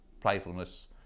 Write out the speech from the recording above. playfulness